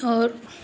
और